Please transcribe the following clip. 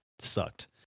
sucked